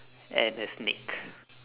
and a snake